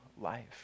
life